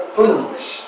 foolish